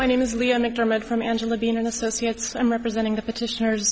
my name is liam mcdermott from angela bean and associates i'm representing the petitioners